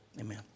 Amen